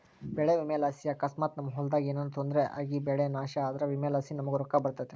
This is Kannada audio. ಬೆಳೆ ವಿಮೆಲಾಸಿ ಅಕಸ್ಮಾತ್ ನಮ್ ಹೊಲದಾಗ ಏನನ ತೊಂದ್ರೆ ಆಗಿಬೆಳೆ ನಾಶ ಆದ್ರ ವಿಮೆಲಾಸಿ ನಮುಗ್ ರೊಕ್ಕ ಬರ್ತತೆ